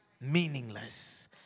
meaningless